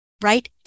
Right